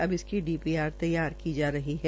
अब इसकी डीपीआर तैयार की जा रही है